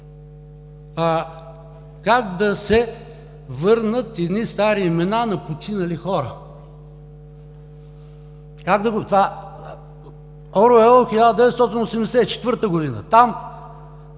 как да се върнат едни стари имена на починали хора? Оруел – „1984“.